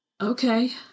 Okay